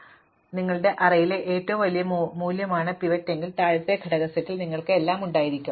സമമിതിയിൽ നിങ്ങളുടെ അറേയിലെ ഏറ്റവും വലിയ മൂല്യമാണ് പിവറ്റ് എങ്കിൽ താഴത്തെ ഘടക സെറ്റിൽ നിങ്ങൾക്ക് എല്ലാം ഉണ്ടായിരിക്കും